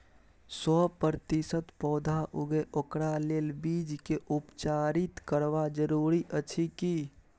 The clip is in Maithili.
सौ प्रतिसत पौधा उगे ओकरा लेल बीज के उपचारित करबा जरूरी अछि की?